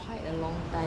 quite a long time